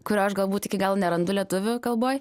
kur aš galbūt iki galo nerandu lietuvių kalboj